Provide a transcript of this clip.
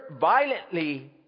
violently